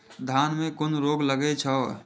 धान में कुन रोग लागे छै?